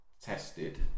tested